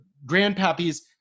grandpappy's